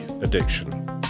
addiction